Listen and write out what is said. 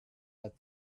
let